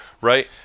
right